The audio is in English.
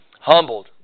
humbled